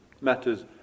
matters